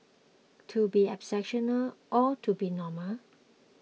to be exceptional or to be normal